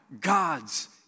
God's